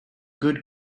good